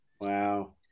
Wow